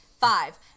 Five